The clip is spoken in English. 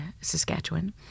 Saskatchewan